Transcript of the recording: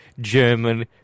German